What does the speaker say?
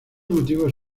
motivos